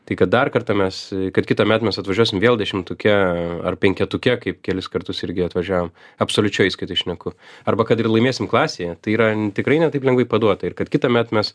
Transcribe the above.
tai kad dar kartą mes kad kitąmet mes atvažiuosim vėl dešimtuke ar penketuke kaip kelis kartus irgi atvažiavom absoliučioj įskaitoj šneku arba kad ir laimėsime klasėje tai yra tikrai ne taip lengvai paduota ir kad kitąmet mes